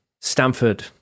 Stanford